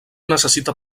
necessita